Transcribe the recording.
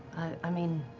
i mean,